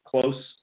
close